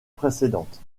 précédente